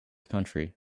country